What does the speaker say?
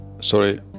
sorry